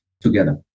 together